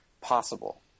possible